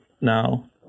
now